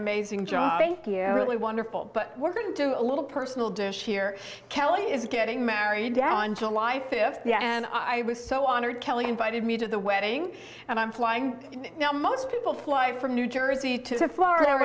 amazing job really wonderful but we're going to do a little personal dish here kelly is getting married on july fifth and i was so honored kelly invited me to the wedding and i'm flying now most people fly from new jersey to florida